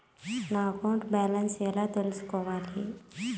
నా account balance ఎలా తెల్సుకోవాలి